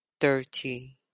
thirty